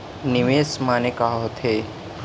निवेश माने का होथे?